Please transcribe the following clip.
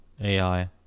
AI